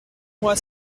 moi